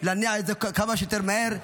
להניע את זה כמה שיותר מהר,